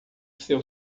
seu